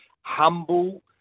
Humble